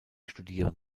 studieren